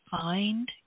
find